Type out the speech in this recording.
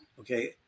okay